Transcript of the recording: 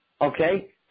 Okay